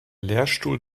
lehrstuhl